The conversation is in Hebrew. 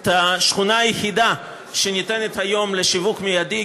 את השכונה היחידה שניתנת היום לשיווק מיידי,